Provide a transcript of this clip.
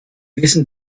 wissen